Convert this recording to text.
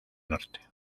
norte